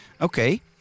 Okay